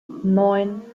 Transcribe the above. neun